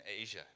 Asia